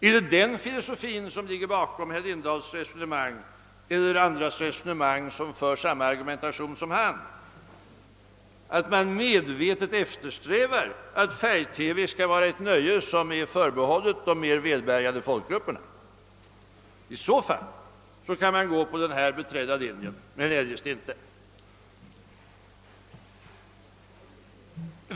Är det den filosofin som ligger bakom herr Lindahls och hans meningsfränders resonemang, att man medvetet eftersträvar att färgtelevision skall vara ett nöje som är förbehållet de mer välbärgade folkgrupperna? I så fall kan man gå den här vägen, eljest inte.